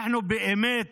אנחנו באמת